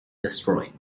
destroyed